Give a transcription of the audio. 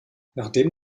nachdem